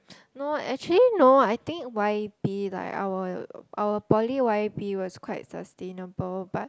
no actually no I think why be like our our poly why be was quite sustainable but